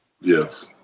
Yes